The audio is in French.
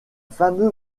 fameux